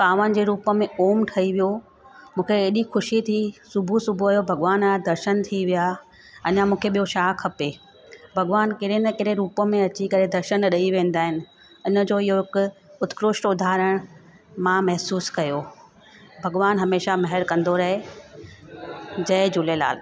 कांवनि जे रूप में ओम ठई वियो मूंखे हेॾी ख़ुशी थी सुबु सुबुह जो भॻवान जा दर्शनु थी विया अञा मूंखे ॿियो छा खपे भॻवान कहिड़े न कहिड़े रूप में अची करे दर्शनु ॾेई वेंदा आहिनि इनजो इहो हिकु उत्कृष्ट उदाहरण मां महिसूसु कयो भॻवान हमेशह महिर कंदो रहे जय झूलेलाल